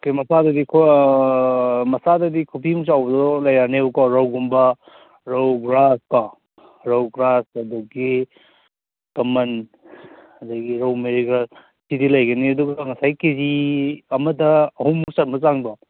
okay ꯃꯆꯥꯗꯗꯤꯀꯣ ꯃꯆꯥꯗꯗꯤ ꯈꯨꯕꯤꯃꯨꯛ ꯆꯥꯎꯕꯗꯣ ꯂꯩꯔꯅꯦꯕꯀꯣ ꯔꯧꯒꯨꯝꯕ ꯔꯧ ꯒ꯭ꯔꯥꯁ ꯀꯣ ꯔꯧ ꯒ꯭ꯔꯥꯁ ꯑꯗꯒꯤ ꯀꯃꯟ ꯑꯗꯒꯤ ꯔꯧ ꯃꯦꯔꯤꯒꯜ ꯁꯤꯗꯤ ꯂꯩꯒꯅꯤ ꯑꯗꯨꯒ ꯉꯁꯥꯏ ꯀꯦꯖꯤ ꯑꯃꯗ ꯑꯍꯨꯝ ꯆꯟꯕ ꯆꯥꯡꯗꯣ